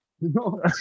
No